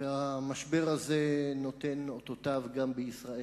והמשבר הזה נותן אותותיו גם בישראל.